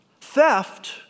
Theft